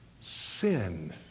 sin